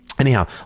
Anyhow